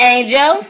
Angel